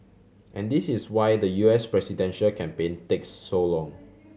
and this is why the U S presidential campaign takes so long